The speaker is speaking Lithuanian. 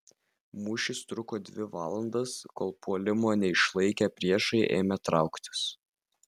mūšis truko dvi valandas kol puolimo neišlaikę priešai ėmė trauktis